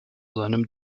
seinem